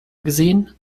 gesehen